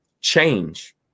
change